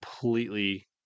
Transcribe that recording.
completely